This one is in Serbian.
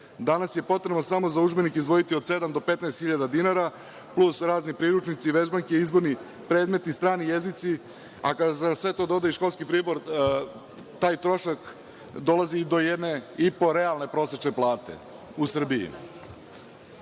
Danas je potrebno samo za udžbenike izdvojiti od sedam do 15 hiljada dinara, plus razni priručnici, vežbanke, izborni predmeti, strani jezici, a kada se na sve to doda i školski pribor, taj trošak dolazi i do jedne i po realne prosečne plate u